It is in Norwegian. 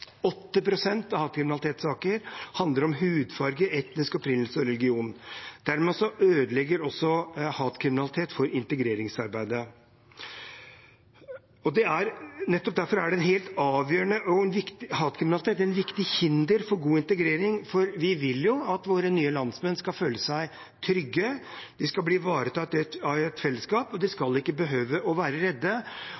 av hatkriminalitetssaker handler om hudfarge, etnisk opprinnelse og religion. Dermed ødelegger også hatkriminalitet for integreringsarbeidet. Nettopp derfor er hatkriminalitet et viktig hinder for god integrering, for vi vil jo at våre nye landsmenn skal føle seg trygge, de skal bli ivaretatt av et fellesskap, og de skal ikke behøve å være redde. Det